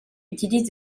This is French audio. utilise